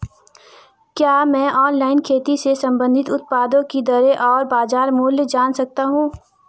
क्या मैं ऑनलाइन खेती से संबंधित उत्पादों की दरें और बाज़ार मूल्य जान सकता हूँ?